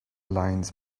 lines